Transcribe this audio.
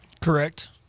Correct